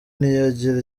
ntiyagira